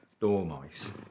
dormice